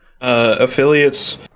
affiliates